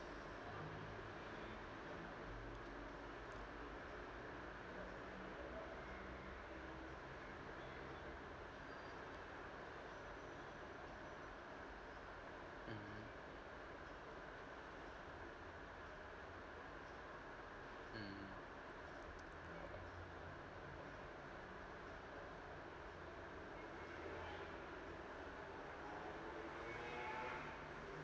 mmhmm mm